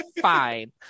fine